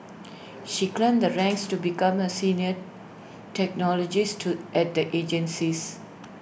she climbed the ranks to become A senior technologists to at the agency's